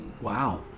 Wow